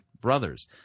brothers